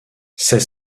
c’est